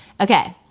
okay